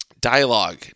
Dialogue